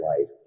life